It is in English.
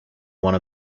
one